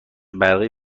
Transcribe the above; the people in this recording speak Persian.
برقی